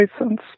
license